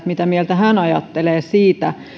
mitä hän ajattelee siitä